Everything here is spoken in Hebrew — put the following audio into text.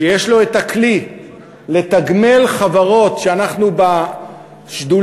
שיש לו הכלי לתגמל חברות שאנחנו בשדולה